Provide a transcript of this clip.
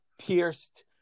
pierced